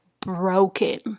broken